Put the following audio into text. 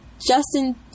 Justin